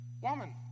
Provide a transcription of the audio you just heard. woman